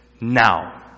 now